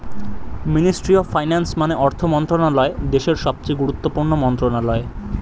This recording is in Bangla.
মিনিস্ট্রি অফ ফাইন্যান্স মানে অর্থ মন্ত্রণালয় দেশের সবচেয়ে গুরুত্বপূর্ণ মন্ত্রণালয়